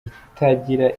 itagira